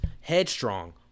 headstrong